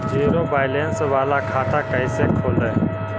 Zero balance बाला खाता कैसे खोले?